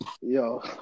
Yo